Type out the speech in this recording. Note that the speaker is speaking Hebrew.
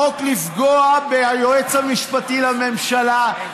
החוק לפגוע ביועץ המשפטי לממשלה,